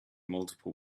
multiple